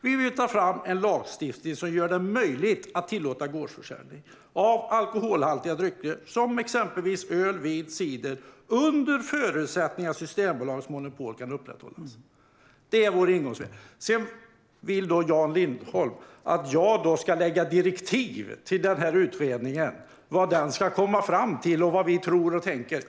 Vi vill ta fram en lagstiftning som gör det möjligt att tillåta gårdsförsäljning av alkoholhaltiga drycker, exempelvis öl, vin och cider, under förutsättning att Systembolagets monopol kan upprätthållas. Det är vårt ingångsvärde. Sedan vill Jan Lindholm att jag ska lägga direktiv till utredningen om vad den ska komma fram till och vad vi tror och tänker.